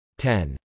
10